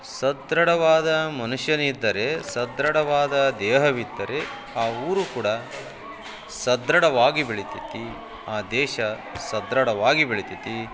ಸದೃಢವಾದ ಮನುಷ್ಯನಿದ್ದರೆ ಸದೃಢವಾದ ದೇಹವಿದ್ದರೆ ಆ ಊರು ಕೂಡ ಸದೃಢವಾಗಿ ಬೆಳಿತೈತಿ ಆ ದೇಶ ಸದೃಢವಾಗಿ ಬೆಳಿತೈತಿ